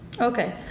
Okay